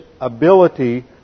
ability